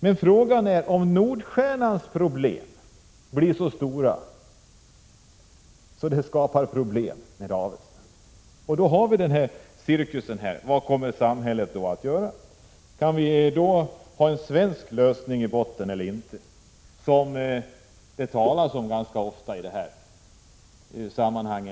Men frågan är om Nordstjernans problem blir så stora att det skapar problem i Avesta. Då har vi denna cirkus, och vad kommer samhället då att göra? Kan vi då ha en svensk lösning i botten eller inte, något som det talas om ganska ofta i dessa sammanhang.